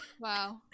wow